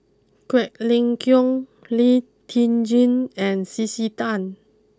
Quek Ling Kiong Lee Tjin and C C Tan